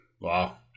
Wow